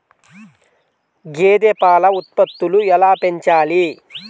గేదె పాల ఉత్పత్తులు ఎలా పెంచాలి?